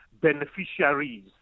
beneficiaries